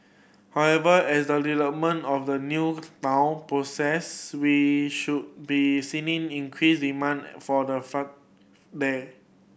however as the development of the new town progress we should be seeing increased demand for the flat there